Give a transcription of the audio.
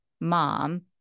mom